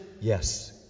yes